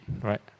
right